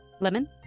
Lemon